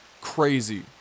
crazy